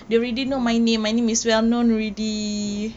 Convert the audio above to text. hmm um